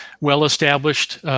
well-established